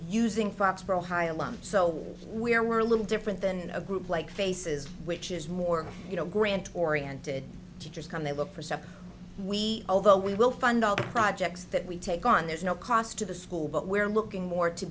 using foxboro high alum so we are a little different than a group like faces which is more you know grant oriented teachers come they look for stuff we although we will fund all the projects that we take on there's no cost to the school but we're looking more to